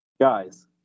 Guys